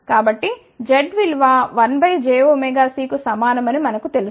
కాబట్టి Z విలువ 1 jωCకు సమానమని మనకు తెలుసు